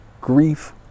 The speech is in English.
grief